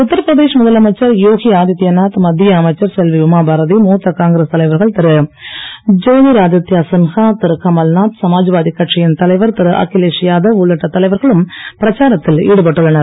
உத்தரபிரதேஷ் முதலமைச்சர் யோகி ஆதித்யநாத் மத்திய அமைச்சர் செல்வி உமாபாரதி மூத்த காங்கிரஸ் தலைவர்கள் திரு ஜோதி ராதித்யா சின்ஹா திரு கமல்நாத் சமாஜ்வாதிக் கட்சியின் தலைவர் திரு அகிலேஷ் யாதவ் உள்ளிட்ட தலைவர்களும் பிரச்சாரத்தில் ஈடுபட்டுள்ளனர்